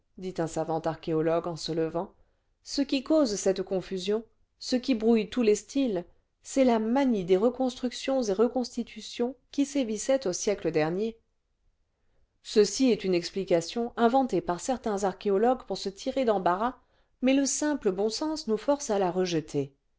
dit un savant archéologue en se levant ce qui cause cette confusion ce qui brouille tous les styles c'est la manie des reconstructions et reconstitutions qui sévissait au siècle dernier ceci est une explication inventée par certains archéologues pour se tirer d'embarras mais le simple bon sens nous force à la rejeter